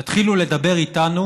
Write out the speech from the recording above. תתחילו לדבר איתנו